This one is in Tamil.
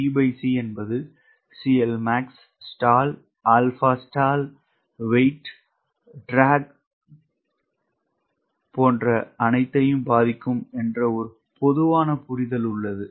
tc என்பது CLmax Stall αstall weight drag etc ஐ பாதிக்கும் என்று ஒரு பொதுவான புரிதல் உள்ளது